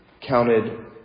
counted